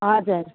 हजुर